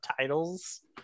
titles